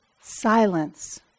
silence